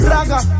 Raga